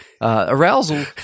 Arousal